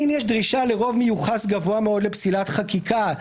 אם יש דרישה לרוב מיוחס גבוה מאוד לפסילת חקיקה,